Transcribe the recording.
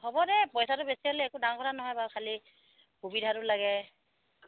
হ'ব দে পইচাটো বেছি হ'লে একো ডাঙ কথা নহয় বাৰু খালী সুবিধাটো লাগে